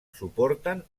suporten